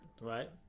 right